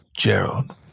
Gerald